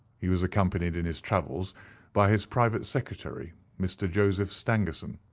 he was accompanied in his travels by his private secretary, mr. joseph stangerson.